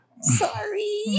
Sorry